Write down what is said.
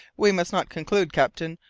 we must not conclude, captain,